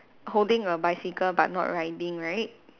holding a bicycle but not riding right